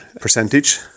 percentage